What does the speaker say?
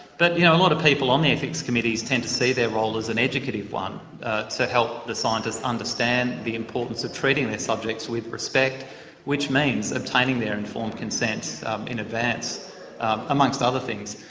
but you know a lot of people on the ethics committees tend to see their role as an educative one to help the scientists to understand the importance of treating their subjects with respect which means obtaining their informed consent in advance amongst other things.